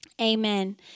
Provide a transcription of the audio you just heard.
amen